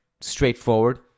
straightforward